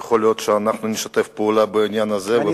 יכול להיות שאנחנו נשתף פעולה בעניין הזה.